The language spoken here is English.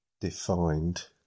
defined